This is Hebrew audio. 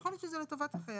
יכול להיות שזה לטובת החייל,